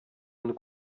monde